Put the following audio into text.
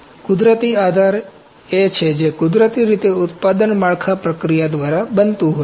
કુદરતી આધાર એ છે જે કુદરતી રીતે ઉત્પાદન માળખા પ્રક્રિયા દ્વારા બનતું હોય છે